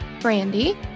Brandy